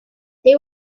they